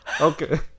Okay